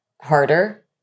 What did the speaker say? harder